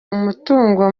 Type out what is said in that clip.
umutungo